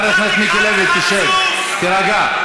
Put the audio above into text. חבר הכנסת מיקי לוי, תשב, תירגע.